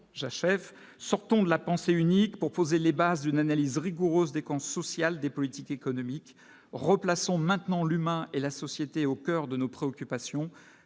j'achève sortons de la pensée unique pour poser les bases d'une analyse rigoureuse des camps social des politiques économiques replaçons maintenant l'humain et la société au coeur de nos préoccupations,